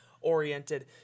oriented